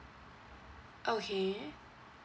okay